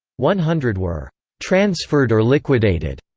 one hundred were transferred or liquidated.